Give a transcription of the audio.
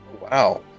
Wow